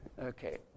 Okay